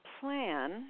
plan